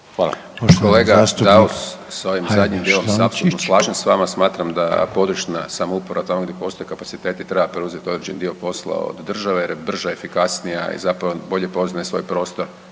(SDP)** Kolega Daus, s ovim zadnjim dijelom se slažem s vama. Smatram da područna samouprava tamo gdje postoji kapaciteti treba preuzeti određeni dio posla od države jer je brža efikasnija, i zapravo bolje poznaje svoj prostor